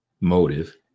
motive